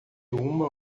uma